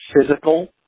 physical